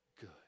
good